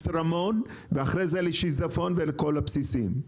רמון; ואחרי זה לשיזפון ולכל הבסיסים.